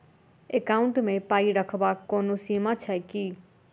Account मे पाई रखबाक कोनो सीमा छैक की?